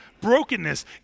brokenness